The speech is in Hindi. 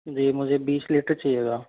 जी मुझे बीस लीटर चाहिएगा